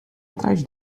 atrás